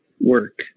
work